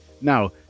Now